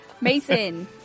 Mason